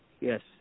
yes